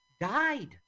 died